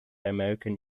american